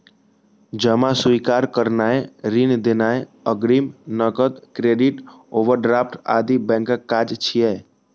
जमा स्वीकार करनाय, ऋण देनाय, अग्रिम, नकद, क्रेडिट, ओवरड्राफ्ट आदि बैंकक काज छियै